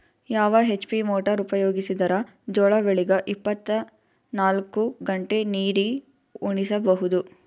ಯಾವ HP motor ಉಪಯೋಗಿಸಿದರ ಜೋಳ ಬೆಳಿಗ ಇಪ್ಪತ ನಾಲ್ಕು ಗಂಟೆ ನೀರಿ ಉಣಿಸ ಬಹುದು?